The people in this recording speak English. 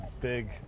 big